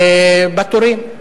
בתורים.